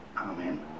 Amen